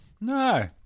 No